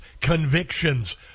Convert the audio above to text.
convictions